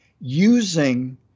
using